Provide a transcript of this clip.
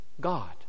God